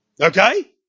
Okay